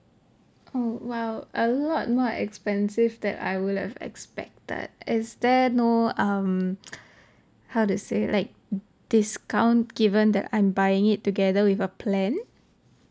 oh !wow! a lot more expensive that I will have expected is there no um how to say like discount given that I'm buying it together with a plan